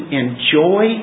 enjoy